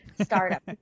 startup